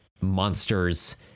monsters-